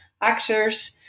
actors